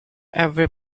every